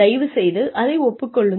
தயவுசெய்து அதை ஒப்புக்கொள்ளுங்கள்